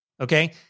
Okay